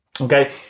okay